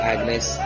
Agnes